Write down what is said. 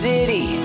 City